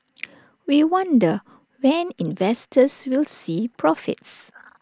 we wonder when investors will see profits